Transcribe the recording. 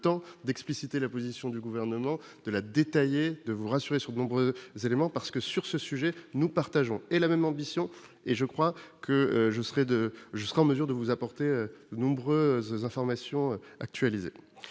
temps d'expliciter la position du gouvernement de la détailler de vous rassurer sur le nombre des éléments parce que sur ce sujet, nous partageons et la même ambition et je crois que je serais de jusqu'en mesure de vous apporter de nombreuses informations actualisées